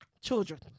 children